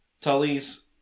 Tully's